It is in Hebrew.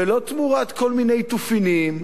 ולא תמורת כל מיני תופינים,